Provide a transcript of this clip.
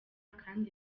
kandi